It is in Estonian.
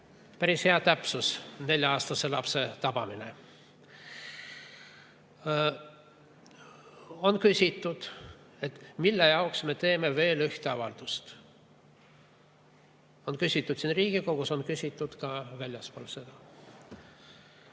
Päris hea täpsus – nelja-aastase lapse tabamine. On küsitud, milleks me teeme veel ühe avalduse. Seda on küsitud siin Riigikogus ja on küsitud ka väljaspool seda.